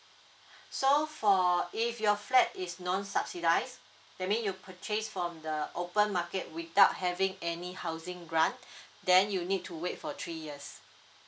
so for if your flat is non subsidise that mean you purchase from the open market without having any housing grant then you need to wait for three years